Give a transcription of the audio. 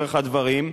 דרך הדברים,